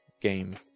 game